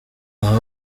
aha